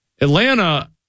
Atlanta